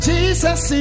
Jesus